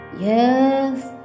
Yes